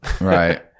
Right